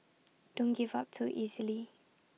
don't give up too easily